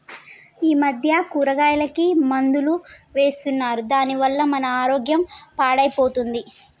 ఈ మధ్య కూరగాయలకి మందులు వేస్తున్నారు దాని వల్ల మన ఆరోగ్యం పాడైపోతుంది